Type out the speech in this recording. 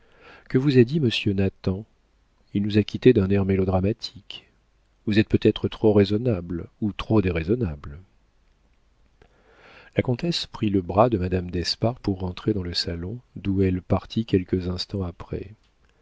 que vous a dit monsieur nathan il nous a quittées d'un air mélodramatique vous êtes peut-être trop raisonnable ou trop déraisonnable la comtesse prit le bras de madame d'espard pour rentrer dans le salon d'où elle partit quelques instants après